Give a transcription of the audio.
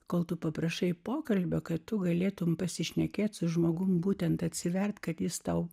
kol tu paprašai pokalbio kad galėtumei pasišnekėti su žmogumi būtent atsiverti kad jis tau